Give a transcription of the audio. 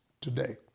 today